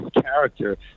character